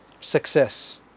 success